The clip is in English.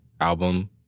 album